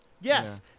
Yes